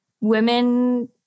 women